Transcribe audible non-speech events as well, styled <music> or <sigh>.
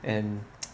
and <noise>